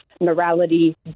morality